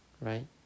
Right